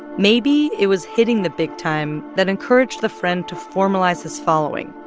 maybe it was hitting the big time that encouraged the friend to formalize his following,